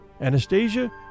Anastasia